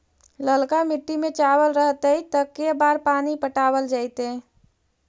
ललका मिट्टी में चावल रहतै त के बार पानी पटावल जेतै?